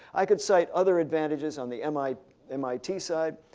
i could cite other advantages on the mit mit side.